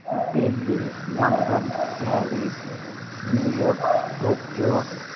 Delhi London Paris New York Tokyo